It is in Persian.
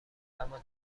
اما